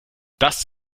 das